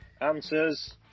answers